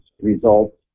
results